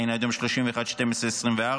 דהיינו עד יום 31 בדצמבר 2024,